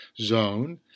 zone